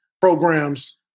programs